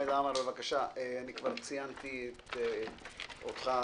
כבר ציינתי אותך,